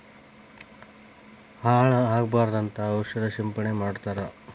ಹಾಳ ಆಗಬಾರದಂತ ಔಷದ ಸಿಂಪಡಣೆ ಮಾಡ್ತಾರ